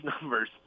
numbers